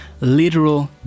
literal